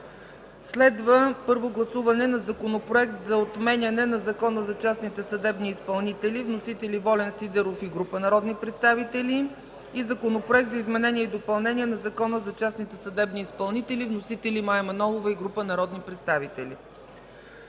4. Първо гласуване на Законопроект за отменяне на Закона за частните съдебни изпълнители. Вносители – Волен Сидеров и група народни представители, и Законопроект за изменение и допълнение на Закона за частните съдебни изпълнители – вносители са Мая Манолова и група народни представители.